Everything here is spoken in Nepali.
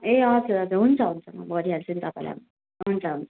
ए हजुर हजुर हुन्छ हुन्छ म गरिहाल्छु नि तपाईँलाई हुन्छ